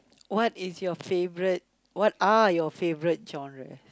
what is your favourite what are your favourite genres